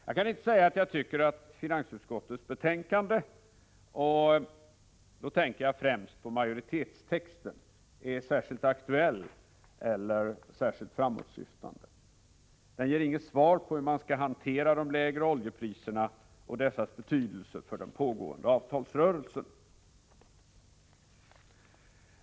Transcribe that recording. Jag kan inte säga att jag tycker att finansutskottets betänkande, och då tänker jag främst på majoritetstexten, är särskilt aktuellt eller särskilt framåtsyftande. Majoritetstexten ger inget svar på hur man skall hantera de lägre oljepriserna och på dessas betydelse för den pågående avtalsrörelsen.